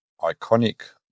iconic